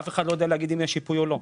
אף אחד לא ידע להגיד אם יש שיפוי או לא.